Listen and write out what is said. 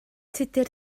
tudur